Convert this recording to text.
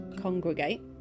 congregate